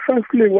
firstly